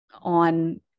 on